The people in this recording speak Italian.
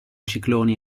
cicloni